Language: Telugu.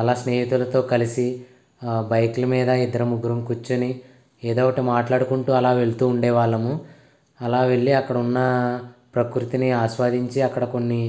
అలా స్నేహితులతో కలిసి బైకుల మీద ఇద్దరు ముగ్గురం కూర్చుని ఏదోకటి మాట్లాడుకుంటూ అలా వెళ్తూ ఉండే వాళ్ళము అలా వెళ్ళి అక్కడున్న ప్రకృతిని ఆశ్వాదించి అక్కడ కొన్ని